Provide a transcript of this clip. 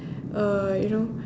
uh you know